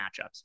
matchups